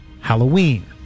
Halloween